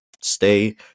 stay